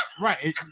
Right